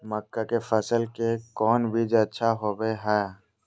मक्का के फसल के लिए कौन बीज अच्छा होबो हाय?